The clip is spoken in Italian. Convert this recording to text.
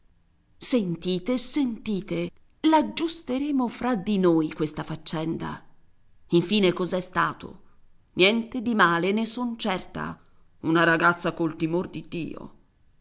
sentite sentite l'aggiusteremo fra di noi questa faccenda infine cos'è stato niente di male ne son certa una ragazza col timor di dio